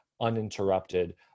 uninterrupted